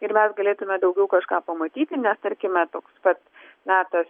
ir mes galėtumėme daugiau kažką pamatyti nes tarkime toks pats metas